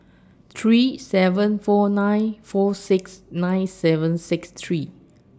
three seven four nine four six nine seven six three